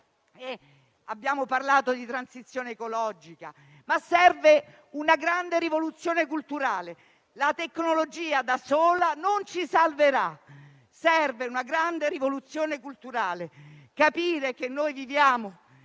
Abbiamo parlato di transizione ecologica, ma serve una grande rivoluzione culturale. La tecnologia da sola non ci salverà; serve una grande rivoluzione culturale; bisogna capire che noi viviamo